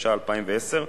התשע"א 2010,